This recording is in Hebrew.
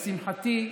לשמחתי,